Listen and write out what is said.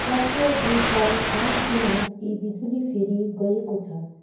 राष्ट्रिय ग्रिडलाई थाह दिनुहोस् कि बिजुली फेरि गएको छ